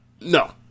no